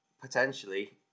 Potentially